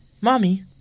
Mommy